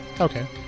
Okay